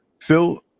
Phil